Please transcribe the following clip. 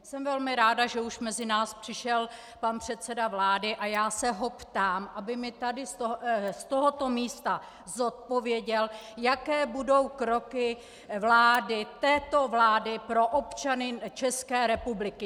Jsem velmi ráda, že už mezi nás přišel pan předseda vlády, a já se ho ptám, aby mi tady z tohoto místa zodpověděl, jaké budou kroky vlády, této vlády, pro občany České republiky!